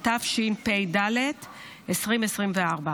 את החוק בשם יושב-ראש ועדת העבודה והרווחה,